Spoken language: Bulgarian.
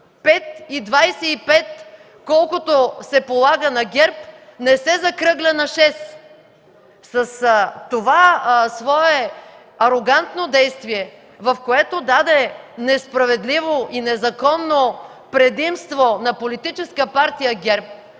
1 и 5,25, колкото се полага на ГЕРБ, не се закръгля на 6. С това свое арогантно действие, в което даде несправедливо и незаконно предимство на Политическа партия ГЕРБ